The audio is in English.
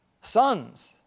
Sons